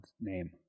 name